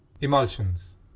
Emulsions